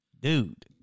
Dude